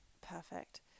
Perfect